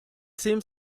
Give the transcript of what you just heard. seems